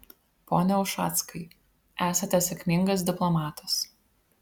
pone ušackai esate sėkmingas diplomatas